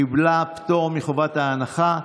קיבלה פטור מחובת ההנחה.